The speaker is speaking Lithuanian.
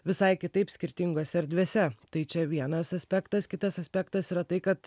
visai kitaip skirtingose erdvėse tai čia vienas aspektas kitas aspektas yra tai kad